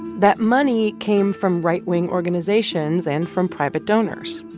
that money came from right-wing organizations and from private donors.